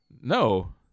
No